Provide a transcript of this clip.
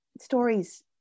stories